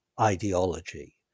ideology